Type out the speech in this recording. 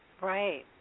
Right